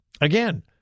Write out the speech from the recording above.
again